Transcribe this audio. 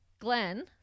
Glenn